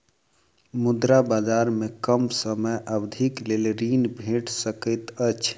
मुद्रा बजार में कम समय अवधिक लेल ऋण भेट सकैत अछि